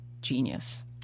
genius